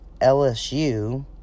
LSU